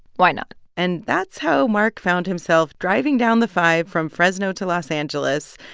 why not? and that's how mark found himself driving down the five from fresno to los angeles,